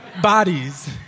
bodies